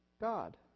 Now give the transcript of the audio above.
God